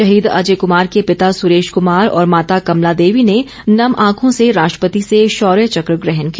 शहीद अजय कुमार के पिता सुरेश कुमार और माता कमला देवी ने नम आंखों से राष्ट्रपति से शौर्य चक्र ग्रहण किया